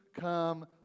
come